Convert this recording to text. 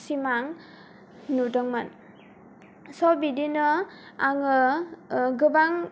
सिमां नुदोंमोन स बिदिनो आङो गोबां